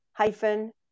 hyphen